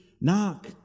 Knock